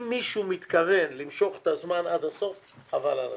אם מישהו מתכוון למשוך את הזמן עד הסוף חבל על הזמן.